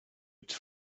its